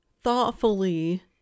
thoughtfully